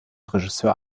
regisseur